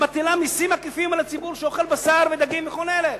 היא מטילה מסים עקיפים על הציבור שאוכל בשר ודגים וכל אלה.